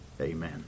Amen